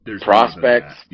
prospects